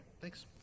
Thanks